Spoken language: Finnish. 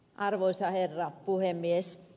arvoisa herra puhemies